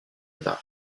par